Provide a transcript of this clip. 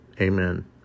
amen